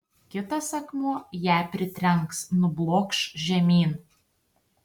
kitas akmuo ją pritrenks nublokš žemyn